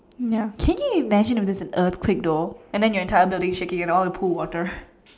ya can you imagine if there's an earthquake though and then your entire building is shaking and all pool water